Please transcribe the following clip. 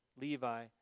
Levi